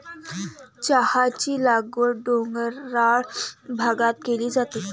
चहाची लागवड डोंगराळ भागात केली जाते